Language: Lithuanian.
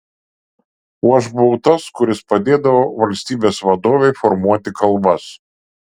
o aš buvau tas kuris padėdavo valstybės vadovei formuoti kalbas